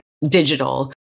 digital